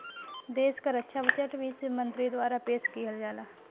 देश क रक्षा बजट वित्त मंत्री द्वारा पेश किहल जाला